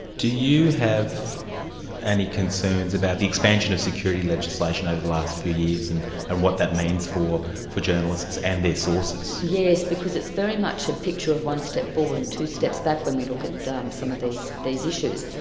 do you have any concerns about the expansion of security legislation over the last few years and and what that means for for journalists and their sources? yes, because it's very much a picture of one step forward and two steps back when we look at um some of these these issues.